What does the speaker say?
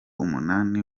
umunani